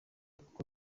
uko